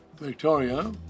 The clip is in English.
Victoria